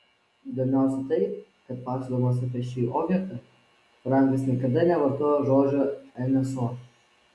įdomiausia tai kad pasakodamas apie šį objektą frankas niekada nevartojo žodžio nso